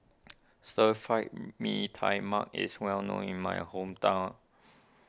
Stir Fried Mee Tai Mak is well known in my hometown